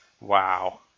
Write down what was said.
wow